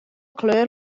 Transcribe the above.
kleur